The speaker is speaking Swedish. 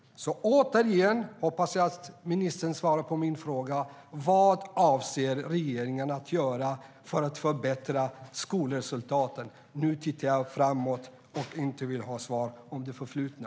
Återigen: Jag hoppas att ministern svarar på min fråga vad regeringen avser att göra för att förbättra skolresultaten. Nu tittar jag framåt och vill inte ha svar om det förflutna.